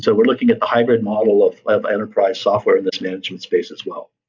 so we're looking at the hybrid model of of enterprise software in this management space as well.